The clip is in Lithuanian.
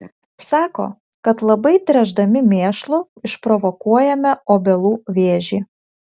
sako kad labai tręšdami mėšlu išprovokuojame obelų vėžį